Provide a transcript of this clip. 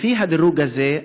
לפי הדירוג הזה,